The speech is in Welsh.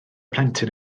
plentyn